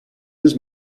his